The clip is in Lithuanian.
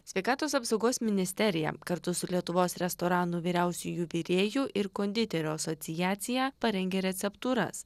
sveikatos apsaugos ministerija kartu su lietuvos restoranų vyriausiųjų virėjų ir konditerių asociacija parengė receptūras